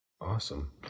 Awesome